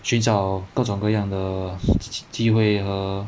寻找各种各样的机会和